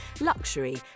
luxury